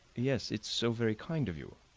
yes, it's so very kind of you,